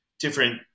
different